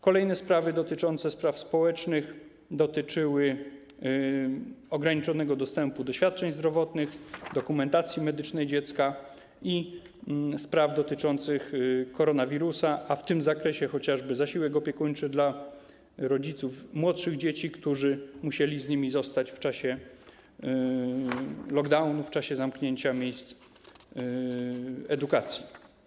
Kolejne sprawy dotyczące spraw społecznych dotyczyły ograniczonego dostępu do świadczeń zdrowotnych, dokumentacji medycznej dziecka i spraw dotyczących koronawirusa, a w tym zakresie chociażby zasiłku opiekuńczego dla rodziców młodszych dzieci, którzy musieli z nimi zostać w czasie lockdownu, w czasie zamknięcia miejsc edukacji.